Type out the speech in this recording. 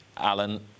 Alan